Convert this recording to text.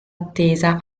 attesa